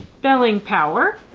spelling power